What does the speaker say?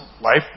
life